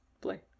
Play